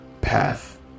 path